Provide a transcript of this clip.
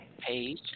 page